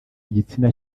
igitsina